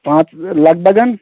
پانژھ لَگ بَگ